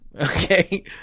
Okay